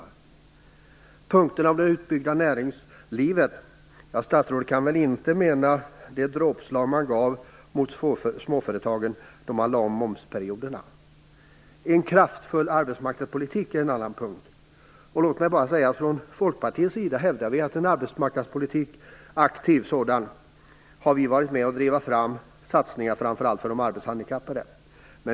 När det gäller punkterna om det utbyggda näringslivet kan väl inte statsrådet mena det dråpslag man gav mot småföretagen då man lade om momsperioderna. När det gäller punkten om en kraftfull arbetsmarknadspolitik vill jag säga att vi från Folkpartiets sida hävdar en aktiv arbetsmarknadspolitik. Vi har varit med om att driva fram satsningar, framför allt för de arbetshandikappade.